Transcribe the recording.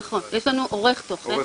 נכון, יש לנו עורך תוכן.